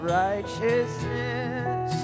righteousness